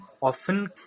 often